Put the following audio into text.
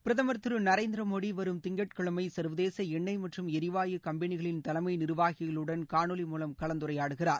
பிரதமர் திருநரேந்திர மோடி வரும் திங்கட்கிழமை சர்வதேச எண்ணெய் மற்றும் எரிவாயு கம்பெனிகளின் தலைமை நிர்வாகிகளுடன் காணொளி மூலம் கலந்துரையாடுகிறார்